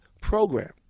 program